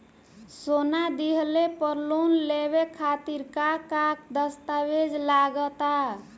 सोना दिहले पर लोन लेवे खातिर का का दस्तावेज लागा ता?